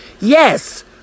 Yes